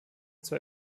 zwei